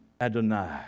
Adonai